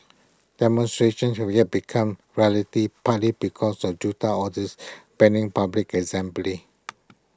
demonstrations should yet become rarity partly because of junta orders banning public assembly